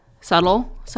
subtle